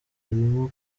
arimo